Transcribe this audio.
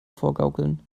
vorgaukeln